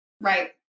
right